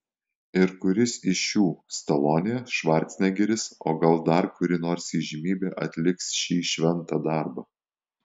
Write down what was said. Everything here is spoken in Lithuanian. ir kuris iš šių stalonė švarcnegeris o gal dar kuri nors įžymybė atliks šį šventą darbą